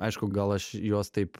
aišku gal aš jos taip